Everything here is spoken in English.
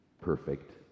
perfect